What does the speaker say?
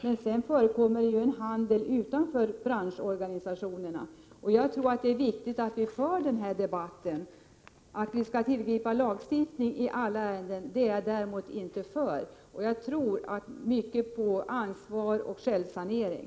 Men sedan förekommer det ju en handel utanför branschorganisationerna. Jag anser att det är viktigt att vi för den här debatten. Att vi skall tillgripa lagstiftning i alla ärenden anser jag däremot inte, och jag tror mycket på ansvar och självsanering.